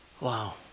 Wow